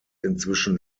inzwischen